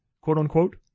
Quote-unquote